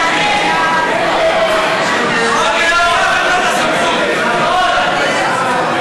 ההצעה להעביר לוועדה את הצעת חוק-יסוד: הממשלה (תיקון,